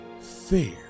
fair